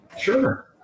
Sure